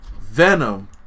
Venom